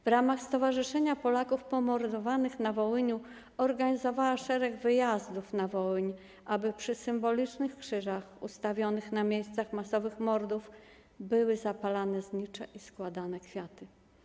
W ramach Stowarzyszenia Upamiętniania Polaków Pomordowanych na Wołyniu organizowała szereg wyjazdów na Wołyń, aby przy symbolicznych krzyżach ustawionych na miejscach masowych mordów były zapalane znicze i składane kwiaty.